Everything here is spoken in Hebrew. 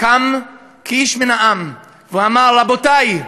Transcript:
קם כאיש מן העם ואמר: רבותי,